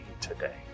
today